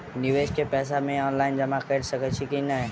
निवेश केँ पैसा मे ऑनलाइन जमा कैर सकै छी नै?